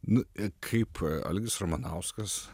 nu kaip algis ramanauskas